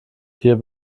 hier